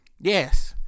Yes